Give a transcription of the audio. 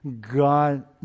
God